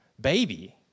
baby